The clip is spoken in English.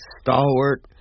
stalwart